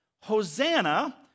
Hosanna